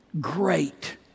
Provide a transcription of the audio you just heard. great